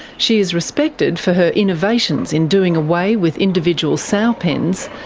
she is respected for her innovations in doing away with individual sow pens,